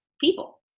people